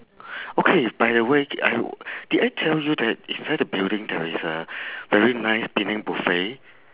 okay by the way did I did I tell you that it's inside the building there is a very nice penang buffet